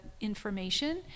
information